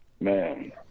Man